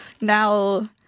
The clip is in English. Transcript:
now